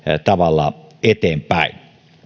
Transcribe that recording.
tavalla eteenpäin